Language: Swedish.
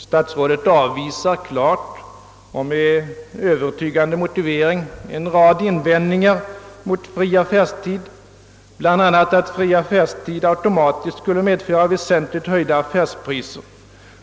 Statsrådet avvisar klart och med övertygande motiveringar en rad invändningar mot fri affärstid, bl.a. att fri affärstid automatiskt skulle medföra en väsentlig höjning av priserna.